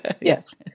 yes